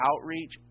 outreach